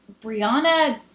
Brianna